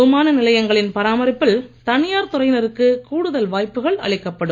விமான நிலையங்களின் பராமரிப்பில் தனியார் துறையினருக்கு கூடுதல் வாய்ப்புகள் அளிக்கப்படும்